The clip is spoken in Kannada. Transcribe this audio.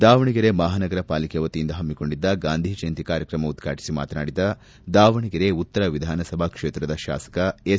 ದಾವಣಗೆರೆ ಮಹಾನಗರ ಪಾಲಿಕೆ ವತಿಯಿಂದ ಪಮ್ಮಿಕೊಂಡಿದ್ದ ಗಾಂಧೀಜಯಂತಿ ಕಾರ್ಯಕ್ರಮ ಉದ್ಘಾಟಿಸಿ ಮಾತನಾಡಿದ ದಾವಣಗೆರೆ ಉತ್ತರ ವಿಧಾನಸಭಾ ಕ್ಷೇತ್ರದ ಶಾಸಕ ಎಸ್